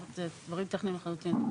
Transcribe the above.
אלה דברים טכניים לחלוטין.